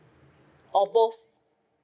or both